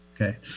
Okay